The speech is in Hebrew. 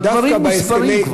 הדברים מוסברים כבר.